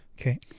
Okay